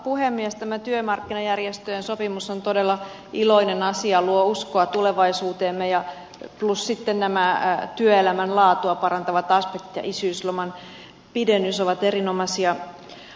tämä työmarkkinajärjestöjen sopimus on todella iloinen asia luo uskoa tulevaisuuteemme plus sitten nämä työelämän laatua parantavat aspektit ja isyysloman pidennys ovat erinomaisia asioita